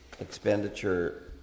expenditure